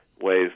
ways